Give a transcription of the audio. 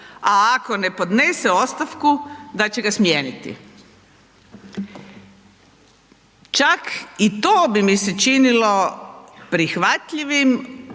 a ako ne podnese ostavku, da će ga smijeniti. Čak i to bi mi se činilo prihvatljivim